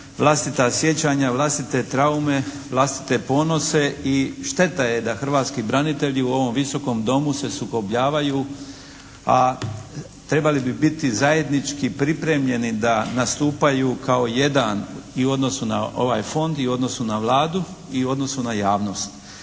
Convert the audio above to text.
vlastita sjećanja, vlastite traume, vlastite ponose. I šteta je da hrvatski branitelji u ovom Visokom domu se sukobljavaju a trebali bi biti zajednički pripremljeni da nastupaju kao jedan i u odnosu na ovaj fond i u odnosu na Vladu i u odnosu na javnost.